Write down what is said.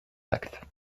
actes